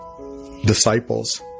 disciples